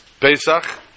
Pesach